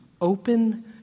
open